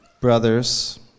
brothers